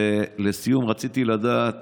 לסיום, רציתי לדעת